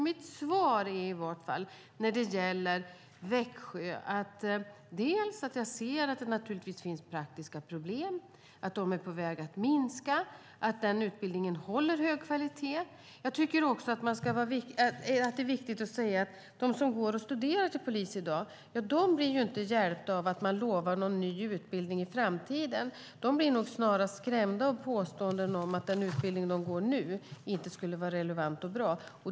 Mitt svar när det gäller Växjö är att jag ser att det finns praktiska problem, att de är på väg att minska och att utbildningen håller hög kvalitet. Jag tycker också att det är viktigt att säga att de som studerar till polis i dag inte blir hjälpta av att man lovar någon ny utbildning i framtiden. De blir nog snarast skrämda av påståenden om att den utbildning de går nu inte skulle vara relevant och bra.